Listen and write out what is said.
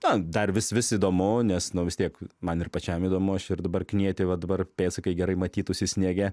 na dar vis vis įdomu nes nu vis tiek man ir pačiam įdomu aš ir dabar knieti va dabar pėdsakai gerai matytųsi sniege